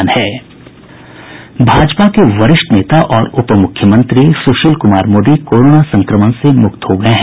भाजपा के वरिष्ठ नेता और उप मुख्यमंत्री सुशील कुमार मोदी कोरोना संक्रमण से मुक्त हो गये हैं